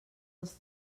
els